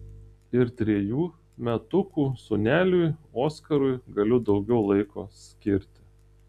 ir trejų metukų sūneliui oskarui galiu daugiau laiko skirti